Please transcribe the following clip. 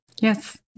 Yes